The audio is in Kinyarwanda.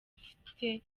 afite